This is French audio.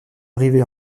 arrivée